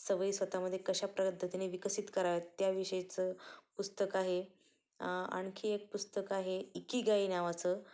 सवयी स्वतःमध्ये कशा प्रद्धतीने विकसित कराव्यात त्या विषयीचं पुस्तक आहे आणखी एक पुस्तक आहे इकीगाई नावाचं